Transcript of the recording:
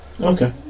Okay